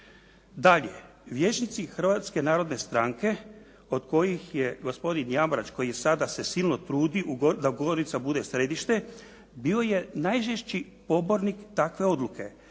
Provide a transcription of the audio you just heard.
Dalje, vijećnici Hrvatske narodne stranke od kojih je gospodin Jambrač koji sada se silno trudi da Gorica bude središte, bio je najžešći pobornik takve odluke,